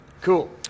Cool